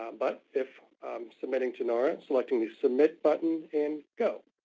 um but if submitting to nara, selecting the submit button and go.